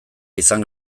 izan